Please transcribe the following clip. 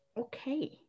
okay